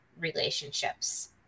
relationships